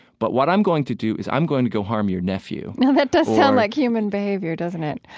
but what i'm going to do is i'm going to go harm your nephew. now that does sound like human behavior, doesn't it?